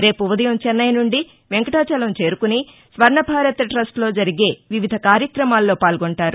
రేపు ఉదయం చెన్నై నుండి వెంకటాచలం చేరుకుని స్వర్ణభారత్ టస్ట్ లో జరిగే వివిధ కార్యక్రమాల్లో పాల్గొంటారు